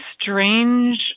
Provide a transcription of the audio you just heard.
strange